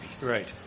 Right